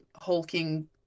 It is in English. hulking